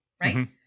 right